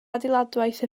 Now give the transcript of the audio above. adeiladwaith